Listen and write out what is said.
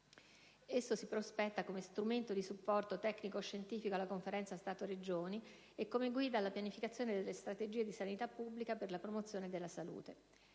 Esso si prospetta come strumento di supporto tecnico-scientifico alla Conferenza Stato-Regioni e come guida alla pianificazione delle strategie di sanità pubblica per la promozione della salute.